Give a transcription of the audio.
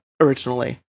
originally